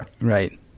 Right